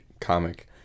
comic